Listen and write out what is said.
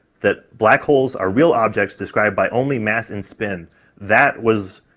that black holes are real objects described by only mass and spin that was,